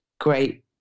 great